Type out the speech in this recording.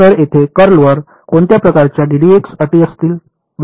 तर येथे कर्ल वर कोणत्या प्रकारच्या अटी असतील